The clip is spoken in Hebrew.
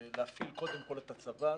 להפעיל קודם כול את הצבא,